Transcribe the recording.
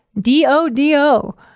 D-O-D-O